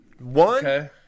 One